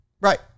right